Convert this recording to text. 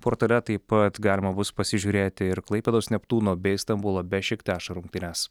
portale taip pat galima bus pasižiūrėti ir klaipėdos neptūno bei stambulo bešiktašo rungtynes